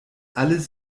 alles